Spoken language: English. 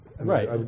Right